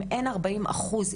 אם אין 40 אחוז,